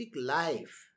life